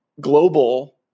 global